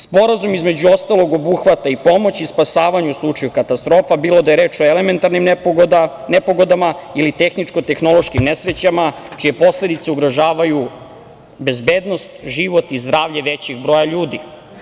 Sporazum, između ostalog, obuhvata pomoć i spasavanje u slučaju katastrofa, bilo da je reč o elementarnim nepogodama ili tehničko-tehnološkim nesrećama, čije posledice ugrožavaju bezbednost, život i zdravlje većeg broja ljudi.